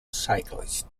cyclist